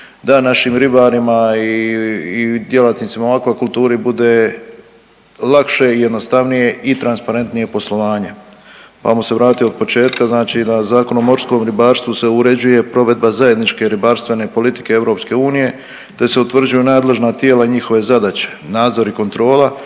da našim ribarima i djelatnicima u akvakulturi bude lakše i jednostavnije i transparentnije poslovanje, pa ajmo se vratit od početka, znači da Zakon o morskom ribarstvu se uređuje provedba zajedničke ribarstvene politike EU te se utvrđuju nadležna tijela i njihove zadaće, nadzor i kontrola,